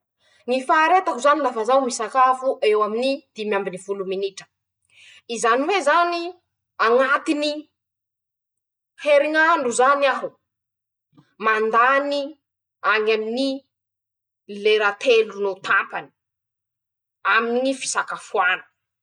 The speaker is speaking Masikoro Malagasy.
Ñy faharetako zany lafa zao misakafo eo amin'ny dimy ambiny folo minitra, izany hoe zany añatiny, heriñ'andro zany aho, mandany añy aminy lera telo no tapany aminy ñy fisakafoana.